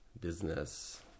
business